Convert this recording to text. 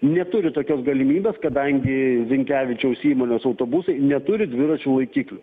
neturi tokios galimybės kadangi zinkevičiaus įmonės autobusai neturi dviračių laikiklių